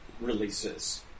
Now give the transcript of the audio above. releases